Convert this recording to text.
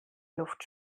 luft